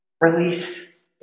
release